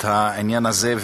את העניין הזה.